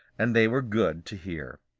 and they were good to hear.